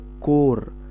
core